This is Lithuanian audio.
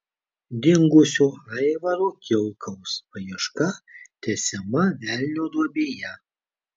dingusio aivaro kilkaus paieška tęsiama velnio duobėje